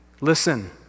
Listen